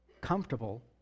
comfortable